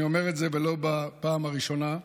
אני אומר, ולא בפעם הראשונה,